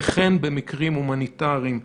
וכן במקרים הומניטריים מיוחדים.